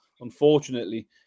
Unfortunately